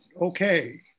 okay